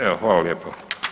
Evo, hvala lijepo.